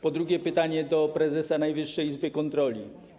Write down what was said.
Po drugie, pytanie do prezesa Najwyższej Izby Kontroli.